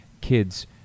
kids